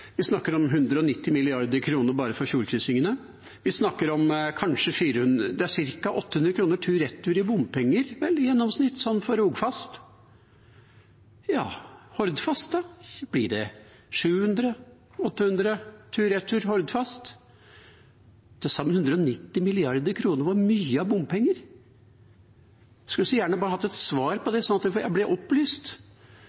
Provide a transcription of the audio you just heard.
Vi snakker om 190 mrd. kr bare for fjordkrysningene. Vi snakker om kanskje ca. 800 kr tur–retur i bompenger i gjennomsnitt på Rogfast, og blir det 700 – 800 kr tur–retur Hordfast? Til sammen er det 190 mrd. kr, hvor mye er bompenger. Jeg skulle gjerne hatt et svar på det, slik at jeg ble opplyst. Tas alle de